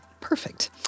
Perfect